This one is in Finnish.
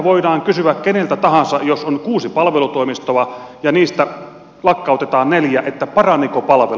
voidaan kysyä keneltä tahansa jos on kuusi palvelutoimistoa ja niistä lakkautetaan neljä että paraniko palvelu